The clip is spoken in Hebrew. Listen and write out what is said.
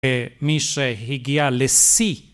מי שהגיע לשיא.